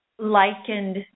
Likened